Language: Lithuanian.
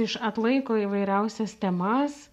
iš atlaiko įvairiausias temas